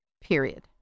Period